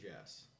yes